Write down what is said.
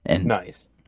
Nice